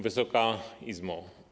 Wysoka Izbo!